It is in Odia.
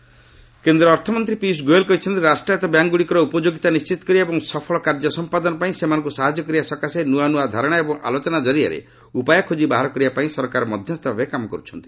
ଗୋଏଲ୍ ପିଏସ୍ବି କେନ୍ଦ୍ର ଅର୍ଥମନ୍ତ୍ରୀ ପିୟୁଷ ଗୋଏଲ୍ କହିଛନ୍ତି ରାଷ୍ଟ୍ରାୟତ୍ତ ବ୍ୟାଙ୍କ୍ଗୁଡ଼ିକର ଉପଯୋଗିତା ନିିିିତ କରିବା ଏବଂ ସଫଳ କାର୍ଯ୍ୟ ସମ୍ପାଦନ ପାଇଁ ସେମାନଙ୍କୁ ସାହାଯ୍ୟ କରିବା ସକାଶେ ନୂଆ ନୂଆ ଧାରଣା ଏବଂ ଆଲୋଚନା କରିଆରେ ଉପାୟ ଖୋଜି ବାହାର କରବାପାଇଁ ସରକାର ମଧ୍ୟସ୍ଥ ଭାବେ କାମ କର୍ରଛନ୍ତି